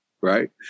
Right